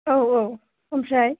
औ औ ओमफ्राय